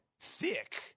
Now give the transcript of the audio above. thick